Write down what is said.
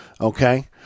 Okay